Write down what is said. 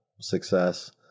success